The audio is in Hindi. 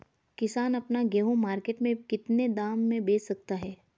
किसान अपना गेहूँ मार्केट में कितने दाम में बेच सकता है?